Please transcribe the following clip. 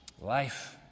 Life